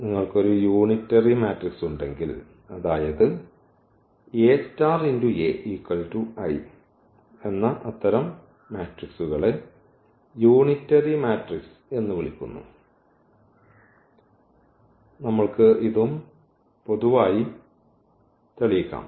നിങ്ങൾക്ക് unitary matrix ഉണ്ടെങ്കിൽ അതായത് AA I അത്തരം മെട്രിക്സുകളെ യൂണിറ്ററി മാട്രിക്സ് എന്ന് വിളിക്കുന്നു നമ്മൾക്ക് ഇതും പൊതുവായി തെളിയിക്കാം